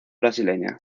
brasileña